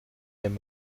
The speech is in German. nicht